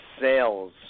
sales